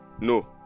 No